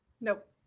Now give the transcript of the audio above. Nope